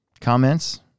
comments